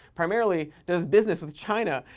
primarily does business with china,